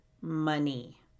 MONEY